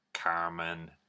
Carmen